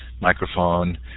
microphone